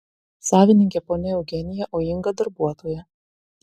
savininkė ponia eugenija o inga darbuotoja